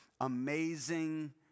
Amazing